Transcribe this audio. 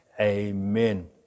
Amen